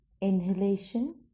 inhalation